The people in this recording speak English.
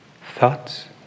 thoughts